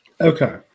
okay